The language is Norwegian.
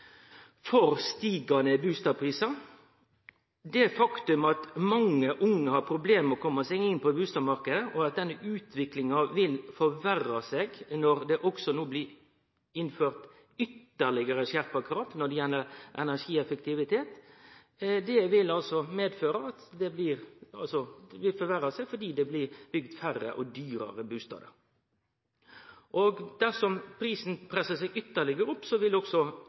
for stigande bustadprisar. Det er eit faktum at mange unge har problem med å kome seg inn på bustadmarknaden, og at denne utviklinga vil forverre seg når det no blir innført ytterlegare skjerpa krav til energieffektivitet. Det vil medføre forverring, fordi det blir bygd færre og dyrare bustader. Dersom prisene pressar seg ytterlegare opp, vil